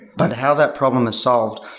but how that problem is solved,